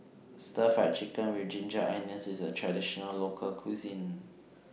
Stir Fried Chicken with Ginger Onions IS A Traditional Local Cuisine